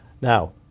Now